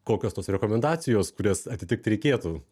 kokios tos rekomendacijos kurias atitikti reikėtų